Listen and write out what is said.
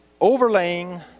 overlaying